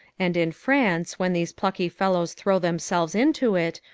and in france, when these plucky fellows throw themselves into it,